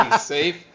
safe